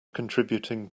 contributing